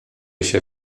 się